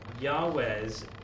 Yahweh's